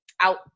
out